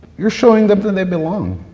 you are showing them that they belong